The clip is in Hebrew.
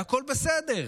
והכול בסדר,